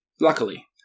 luckily